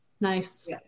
Nice